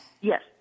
Yes